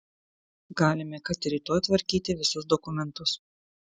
galime kad ir rytoj tvarkyti visus dokumentus